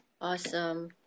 Awesome